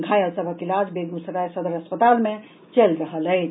घायल सभक इलाज बेगूसराय सदर अस्पताल मे चलि रहल अछि